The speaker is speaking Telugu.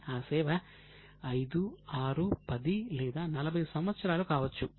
ఆ సేవ 5 6 10 లేదా 40 సంవత్సరాలు కావచ్చు